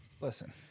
Listen